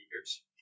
years